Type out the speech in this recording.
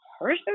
person